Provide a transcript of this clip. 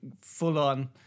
full-on